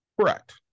correct